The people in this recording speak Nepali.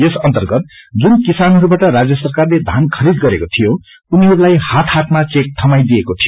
यस अन्चेत जुन किसानहरूबाट राज्य सरकारले धान खरीद गरेको थियो उनीहरूलाई हाज हातमा चेक थमाईदिएको थियो